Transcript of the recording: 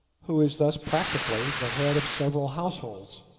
who is thus practically the head of several households.